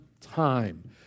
time